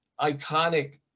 iconic